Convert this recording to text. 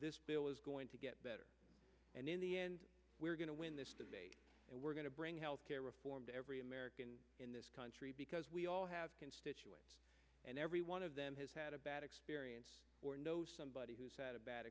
this bill is going to get better and in the end we're going to win this and we're going to bring health care reform to every american in this country because we all have constituents and every one of them has had a bad experience or knows somebody who's had a bad